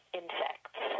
insects